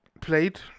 Played